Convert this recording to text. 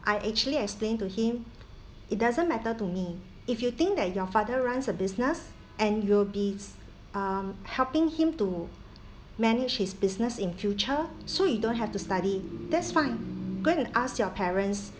I actually explained to him it doesn't matter to me if you think that your father runs a business and you'll be s~ um helping him to manage his business in future so you don't have to study that's fine go and ask your parents